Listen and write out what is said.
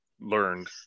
learned